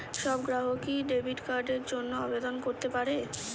সব গ্রাহকই কি ডেবিট কার্ডের জন্য আবেদন করতে পারে?